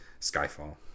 Skyfall